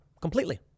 completely